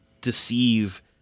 deceive